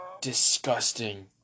disgusting